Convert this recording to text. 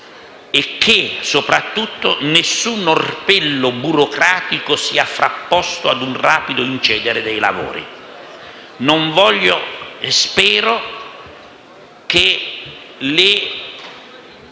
e che, soprattutto, nessun orpello burocratico sia frapposto ad un rapido incedere dei lavori. Spero che il